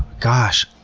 gosh,